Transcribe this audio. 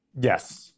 Yes